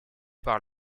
par